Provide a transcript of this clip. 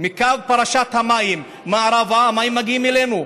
מקו פרשת המים מערבה, המים מגיעים אלינו.